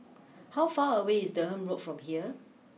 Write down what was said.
how far away is Durham Road from here